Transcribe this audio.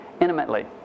intimately